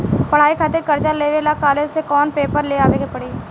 पढ़ाई खातिर कर्जा लेवे ला कॉलेज से कौन पेपर ले आवे के पड़ी?